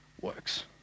works